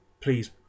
please